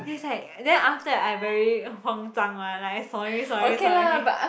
then is like then after that I very 慌张 lah like sorry sorry sorry